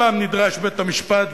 פעם נדרש בית-המשפט,